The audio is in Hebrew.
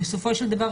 בסופו של דבר,